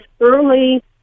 early